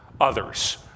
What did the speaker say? others